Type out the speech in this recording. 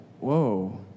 Whoa